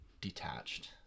detached